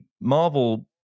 Marvel